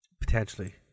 Potentially